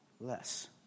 less